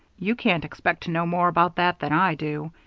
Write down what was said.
you can't expect to know more about that than i do.